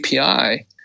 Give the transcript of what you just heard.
API